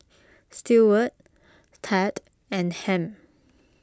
Steward Thad and Ham